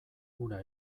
ura